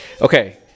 Okay